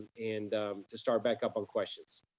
and to start back up on questions.